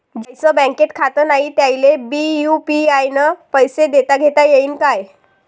ज्याईचं बँकेत खातं नाय त्याईले बी यू.पी.आय न पैसे देताघेता येईन काय?